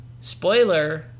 spoiler